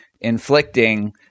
inflicting